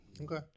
Okay